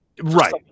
Right